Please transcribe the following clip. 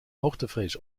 hoogtevrees